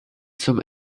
zum